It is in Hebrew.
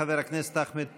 חבר הכנסת אחמד טיבי.